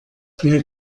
wer